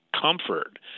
comfort